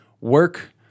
work